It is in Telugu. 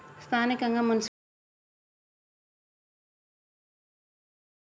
స్థానికంగా మున్సిపాలిటీల్లోని అధికారులు కూడా కొన్ని చిన్న చిన్న పన్నులు విధిస్తారు